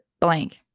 blank